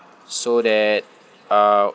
so that uh